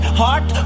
heart